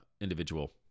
individual